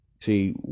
See